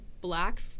black